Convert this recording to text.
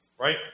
right